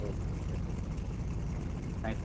okay okay nice